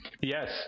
Yes